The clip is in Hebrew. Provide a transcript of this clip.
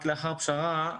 רק לאחר פשרה,